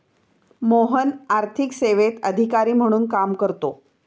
मोहन आर्थिक सेवेत अधिकारी म्हणून काम करतो